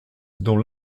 dans